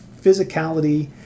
physicality